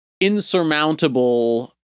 insurmountable